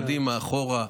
קדימה, אחורה,